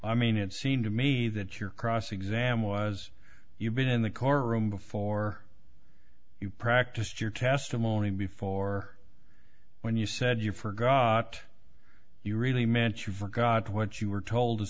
i mean it seemed to me that your cross exam was you've been in the car room before you practiced your testimony before when you said you forgot you really meant you forgot what you were told to